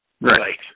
Right